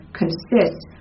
consists